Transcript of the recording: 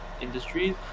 industries